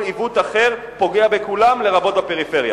כל עיוות אחר פוגע בכולם, לרבות בפריפריה.